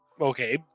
Okay